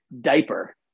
diaper